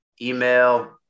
email